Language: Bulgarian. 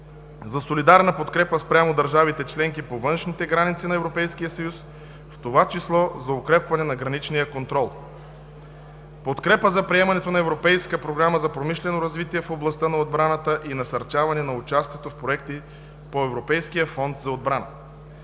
за солидарна подкрепа спрямо държавите членки по външните граници на Европейския съюз, в това число за укрепване на граничния контрол; подкрепа за приемането на Европейска програма за промишлено развитие в областта на отбраната и насърчаване на участието в проекти по Европейския фонд за отбрана.